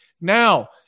Now